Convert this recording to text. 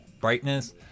brightness